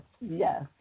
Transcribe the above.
Yes